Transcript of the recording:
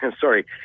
Sorry